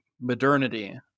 modernity